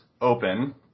open